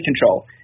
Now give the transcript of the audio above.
control